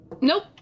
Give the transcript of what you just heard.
Nope